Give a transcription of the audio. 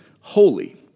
holy